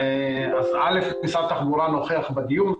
משרד התחבורה נוכח בדיון.